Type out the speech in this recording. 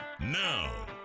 Now